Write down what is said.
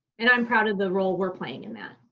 and i'm proud of the role we're playing in that.